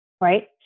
right